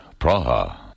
Praha